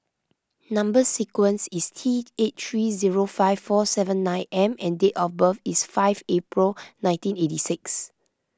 Number Sequence is T eight three zero five four seven nine M and date of birth is five April nineteen eighty six